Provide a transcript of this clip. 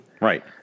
Right